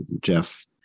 Jeff